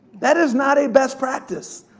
that is not a best practice.